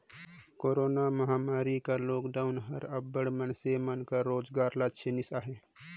corona महमारी कर lockdown हर अब्बड़ मइनसे मन कर रोजगार ल छीनिस अहे